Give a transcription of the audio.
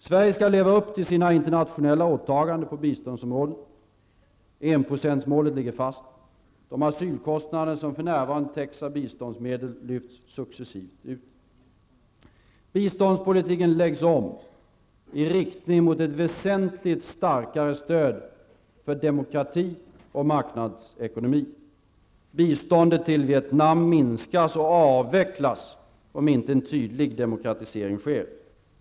Sverige skall leva upp till sina internationella åtaganden på biståndsområdet. Enprocentsmålet ligger fast. De asylkostnader som för närvarande täcks av biståndsmedel lyfts successivt ut. Biståndspolitiken läggs om i riktning mot ett väsentligt starkare stöd för demokrati och marknadsekonomi. Biståndet till Vietnam minskas och avvecklas om inte en tydlig demokratisering sker.